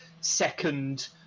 second